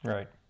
Right